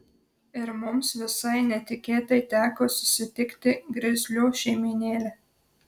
ir mums visai netikėtai teko susitikti grizlių šeimynėlę